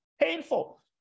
painful